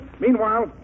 Meanwhile